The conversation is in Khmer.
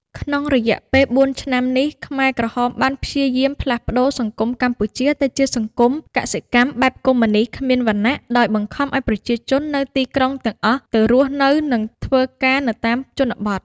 ក្នុងរយៈពេល ៤ ឆ្នាំនេះ ខ្មែរក្រហមបានព្យាយាមផ្លាស់ប្តូរសង្គមកម្ពុជាទៅជាសង្គមកសិកម្មបែបកុម្មុយនិស្តគ្មានវណ្ណៈ ដោយបង្ខំឱ្យប្រជាជននៅទីក្រុងទាំងអស់ទៅរស់នៅ និងធ្វើការនៅតាមជនបទ។